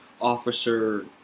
officer